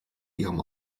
ihrem